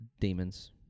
Demons